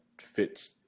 fits